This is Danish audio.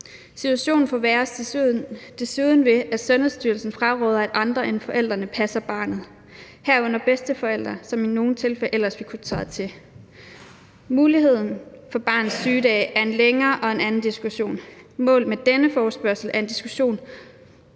Situationen forværres desuden ved, at Sundhedsstyrelsen fraråder, at andre end forældrene passer barnet, herunder bedsteforældre, som i nogle fælde ellers ville kunne træde til. Muligheden for barnets sygedage er en længere og en anden diskussion. Målet med denne forespørgsel er en diskussion